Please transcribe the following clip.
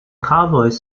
cowboys